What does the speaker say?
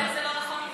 זה לא נכון עובדתית.